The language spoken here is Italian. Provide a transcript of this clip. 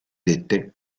dette